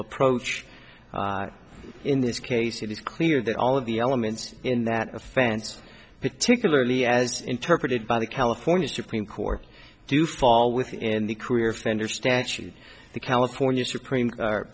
approach in this case it is clear that all of the elements in that offense particularly as interpreted by the california supreme court do fall within the career fandor statute the california supreme